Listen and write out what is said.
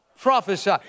Prophesy